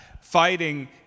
fighting